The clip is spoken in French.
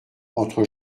entre